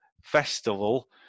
festival